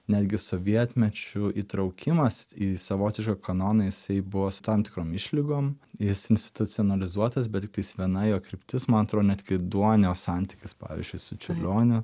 netgi sovietmečiu įtraukimas į savotišką kanoną jis buvo su tam tikromis išlygom jis institucionalizuotas bet tiktais viena jo kryptis man atrodo netgi duonio santykis pavyzdžiui su čiurlioniu